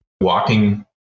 walking